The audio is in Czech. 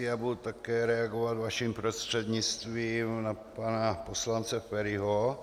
Já budu také reagovat vaším prostřednictvím na pana poslance Feriho.